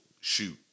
shoot